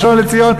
הראשון לציון,